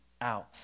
out